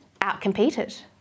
outcompeted